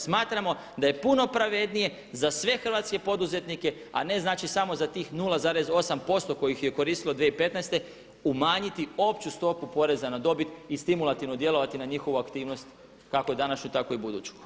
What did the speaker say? Smatramo da je puno pravednije za sve hrvatske poduzetnike a ne znači samo za tih 0,8% kojih je koristilo 2015. umanjiti opću stopu poreza na dobit i stimulativno djelovati na njihovu aktivnost kako današnju tako i buduću.